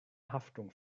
haftung